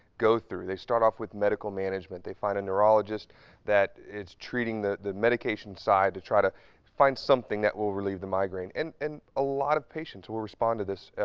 go through. they start off with medical management. they find a neurologist that is treating the medication side to try to find something that will relieve the migraine, and and a lot of patients will respond to this.